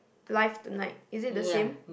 live tonight is it the same